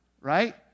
right